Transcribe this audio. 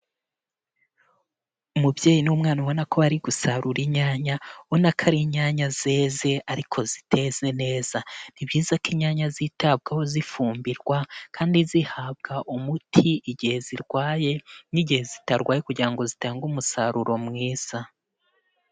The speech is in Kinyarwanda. Umubyeyi n'umwana ubona ko bari gusarura inyanya, ubona ko ari inyanya zeze ariko ziteze neza, ni byiza ko inyanya zitabwaho zifumbirwa kandi zihabwa umuti igihe zirwaye n'igihe zitarwaye kugira ngo zitange umusaruro mwiza.